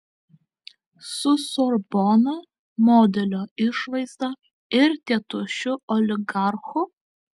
su sorbona modelio išvaizda ir tėtušiu oligarchu